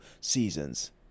seasons